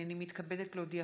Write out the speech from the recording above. הינני מתכבדת להודיעכם,